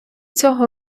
цього